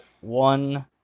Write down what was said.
one